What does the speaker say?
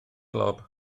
lob